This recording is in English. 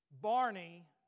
Barney